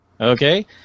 Okay